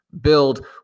build